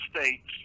states